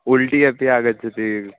उल्टी अपि आगच्छति